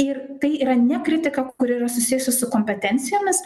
ir tai yra ne kritika kuri yra susijusi su kompetencijomis